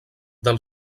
del